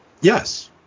Yes